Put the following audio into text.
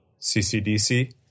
CCDC